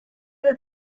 that